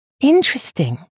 Interesting